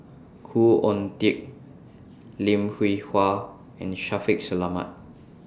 Khoo Oon Teik Lim Hwee Hua and Shaffiq Selamat